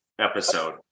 episode